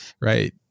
right